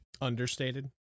understated